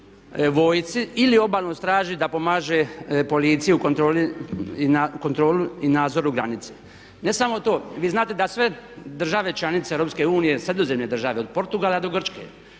vojsci ili Obalnoj straži da pomaže policiji u kontroli i nadzoru granice. Ne samo to, vi znate da sve države članice EU, sredozemne države, od Portugala do Grčke